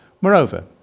Moreover